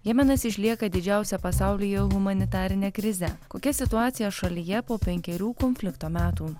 jemenas išlieka didžiausia pasaulyje humanitarinė krizė kokia situacija šalyje po penkerių konflikto metų